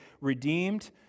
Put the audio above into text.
redeemed